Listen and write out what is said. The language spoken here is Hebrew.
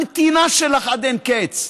הנתינה שלך עד אין קץ,